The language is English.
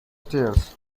stairs